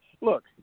Look